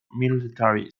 military